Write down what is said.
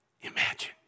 Imagine